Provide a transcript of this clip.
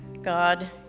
God